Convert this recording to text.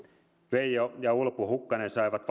veijo ja ulpu hukkanen saivat